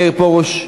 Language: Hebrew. מאיר פרוש,